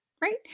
Right